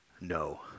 No